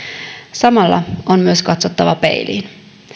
samalla on myös katsottava peiliin